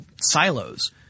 silos